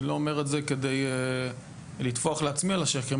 אני לא אומר את זה כדי לטפוח לעצמי על השכם,